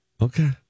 Okay